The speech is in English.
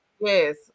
yes